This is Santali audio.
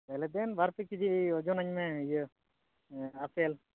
ᱛᱟᱦᱚᱞᱮ ᱫᱮᱱ ᱵᱟᱨᱯᱮ ᱠᱤᱡᱤ ᱚᱡᱚᱱᱟᱹᱧᱢᱮ ᱤᱭᱟᱹ ᱟᱯᱮᱞ